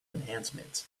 enhancement